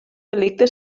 delicte